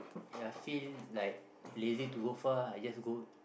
ya feel like lazy to go far I just go